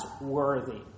worthy